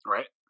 Right